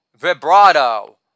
vibrato